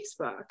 Facebook